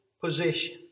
position